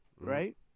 right